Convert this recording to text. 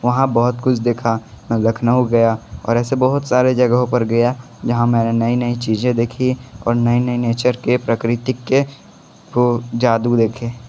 वहाँ बहुत कुछ देखा में लखनऊ गया और ऐसे बहुत सारे जगाहों पर गया जहाँ मैंने नई नई चीज़ें देखी और नए नए नेचर के प्रकृति के को जादू देखें